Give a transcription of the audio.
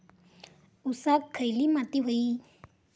ऊसाक खयली माती व्हयी?